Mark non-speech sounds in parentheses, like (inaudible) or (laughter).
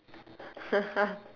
(laughs)